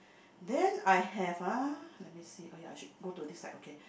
then I have uh let me see oh ya should go to this side okay